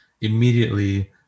immediately